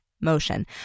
motion